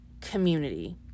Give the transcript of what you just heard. community